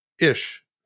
ish